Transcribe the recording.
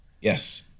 Yes